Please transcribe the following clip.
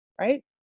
right